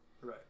Right